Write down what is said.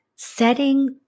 Setting